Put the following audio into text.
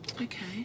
Okay